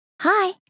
Hi